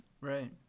Right